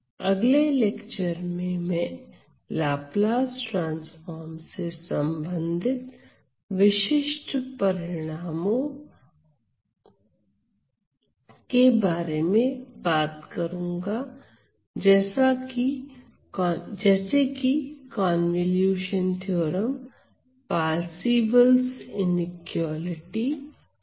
अगले लेक्चर में मैं लाप्लास ट्रांसफॉर्म से संबंधित विशिष्ट परिणामों के बारे में बात करूंगा जैसे कि convolution theorem Parseval inequality convolution theorem the Parsevals inequality